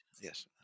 Yes